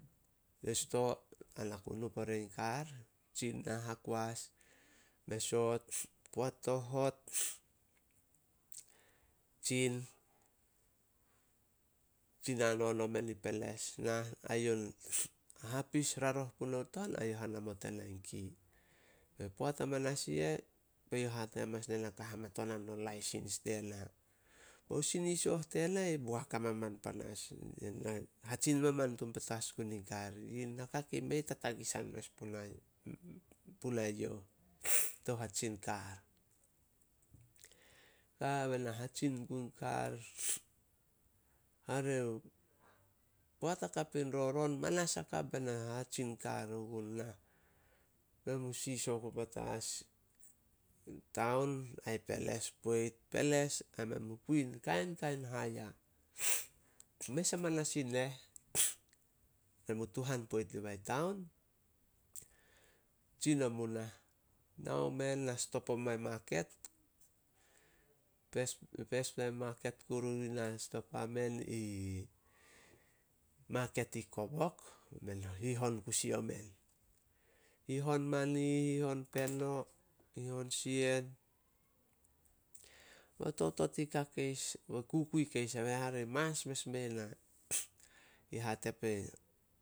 I sto, ai na ku nu pore in kar, tsin nah hakoas, me soot. Poat to hot, tsin-tsin hanon omen peles. Ai youh raroh punuh ton, ai youh hanamot ena in key. Be poat amanas i eh, be youh hate ne na ka hamatonan o laisins tena. O sinisoh tena i boak amaman panas, hatsin maman tun petas gun in kar, yi nake ke mei tatagisan punai youh to hatsin kar. Ka be na hatsin gun kar. Hare poat akap in roron, manas akap be na hahatsin kar o gun. Men mu siso oku petas, i taon, ai pleles poit, peles ai men mu kui in kainkain haiya. Mes amanas in neh, men mu tuhan poit dibae taon. Tsin omu nah, nao men na stop omai maket. Peis- peispla maket kuru i na stop a men, maket i kobok. Be men hihon kusi omen. Hihon mani, hihon peno, hihon sien, bo totot i kukui keis, hare ni mas mes mei na, hate pei